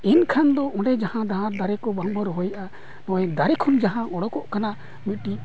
ᱮᱱᱠᱷᱟᱱ ᱫᱚ ᱚᱸᱰᱮ ᱡᱟᱦᱟᱸ ᱱᱟᱣᱟ ᱫᱟᱨᱮ ᱠᱚ ᱵᱟᱝᱵᱚᱱ ᱨᱚᱦᱚᱭᱮᱫᱼᱟ ᱱᱚᱜᱼᱚᱭ ᱫᱟᱨᱮ ᱠᱷᱚᱱ ᱡᱟᱦᱟᱸ ᱩᱰᱩᱠᱚᱜ ᱠᱟᱱᱟ ᱢᱤᱫᱴᱤᱡ